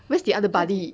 where's the other buddy